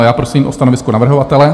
Já prosím o stanovisko navrhovatele.